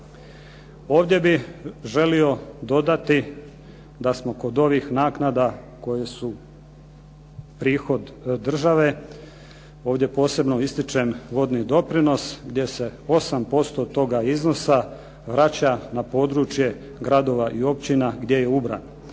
Ovdje bih želio dodati da smo kod ovih naknada koji su prihod države, ovdje posebno ističem vodni doprinos gdje se 8% toga iznosa vraća na područje gradova i općina gdje je ubran.